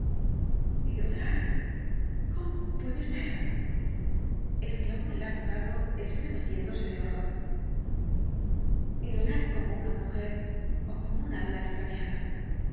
llorar llorar cómo puede ser exclamó el abogado extremeciéndose de horror llorar como una mujer ó como un el de jekyll alma extraviada